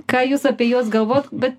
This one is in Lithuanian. ką jūs apie juos galvojat bet